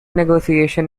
negotiation